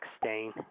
stain